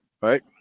right